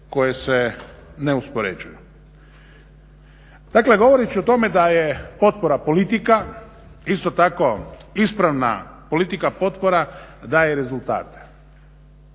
koje se ne uspoređuju. Dakle govorit ću o tome da je potpora politika, isto tako ispravna politika potpora daje rezultate.